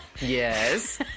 Yes